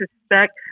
suspect